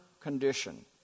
condition